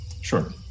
sure